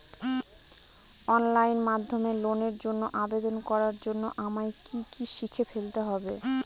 Online মাধ্যমে লোনের জন্য আবেদন করার জন্য আমায় কি কি শিখে ফেলতে হবে?